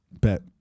bet